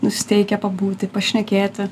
nusiteikę pabūti pašnekėti